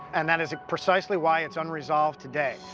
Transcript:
and that is precisely why it's unresolved today.